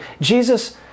Jesus